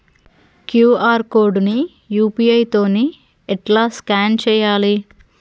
QR code ని U P I తోని ఎట్లా స్కాన్ చేయాలి?